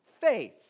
faith